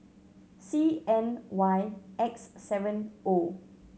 C N Y X seven O